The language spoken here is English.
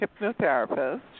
hypnotherapist